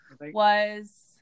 was-